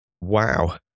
Wow